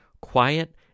quiet